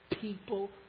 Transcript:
people